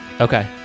Okay